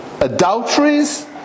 adulteries